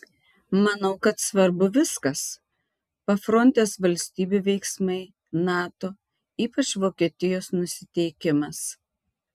manau kad svarbu viskas pafrontės valstybių veiksmai nato ypač vokietijos nusiteikimas